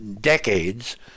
Decades